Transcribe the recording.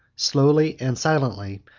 slowly and silently,